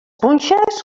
punxes